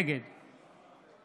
נגד